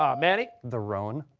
um manny? the rhone?